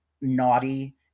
naughty